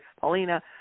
Paulina